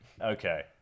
Okay